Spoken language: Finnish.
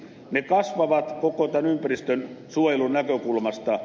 ne kasvavat koko ympäristönsuojelun näkökulmasta